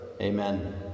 Amen